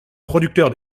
producteurs